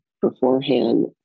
beforehand